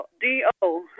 D-O